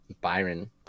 Byron